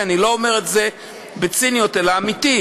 אני לא אומר את זה בציניות אלא באמת,